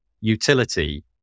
utility